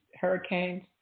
hurricanes